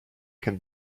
can